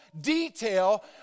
detail